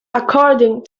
according